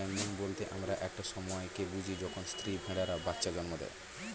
lambing বলতে আমরা একটা সময় কে বুঝি যখন স্ত্রী ভেড়ারা বাচ্চা জন্ম দেয়